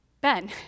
Ben